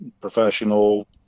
professional